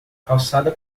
calçada